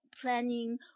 planning